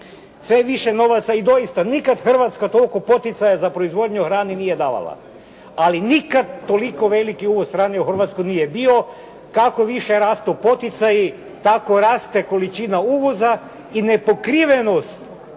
je više novaca i doista nikad Hrvatska toliko poticaja za proizvodnju hrane nije davala, ali nikad toliko veliki uvoz hrane u Hrvatskoj nije bio. Kako više rastu poticaji tako raste količina uvoza i nepokrivenost